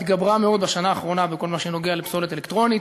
התגברה מאוד בשנה האחרונה בכל מה שנוגע לפסולת אלקטרונית.